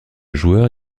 joueur